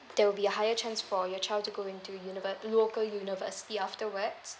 there will be higher chance for your child to go into univer~ local university afterwards